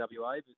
WA